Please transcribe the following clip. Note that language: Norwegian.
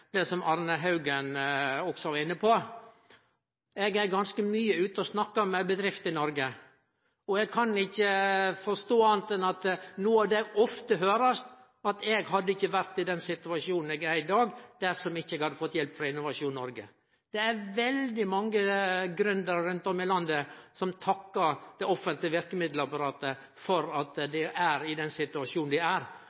det som representanten Arne Haugen også var inne på. Eg er ganske mykje ute og snakkar med folk i bedrifter i Noreg. Noko av det eg ofte høyrer, er at dei hadde ikkje vore i den situasjonen dei er i dag, dersom dei ikkje hadde fått hjelp av Innovasjon Noreg. Det er veldig mange gründarar rundt om i landet som takkar det offentlege verkemiddelapparatet for at